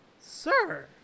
Sir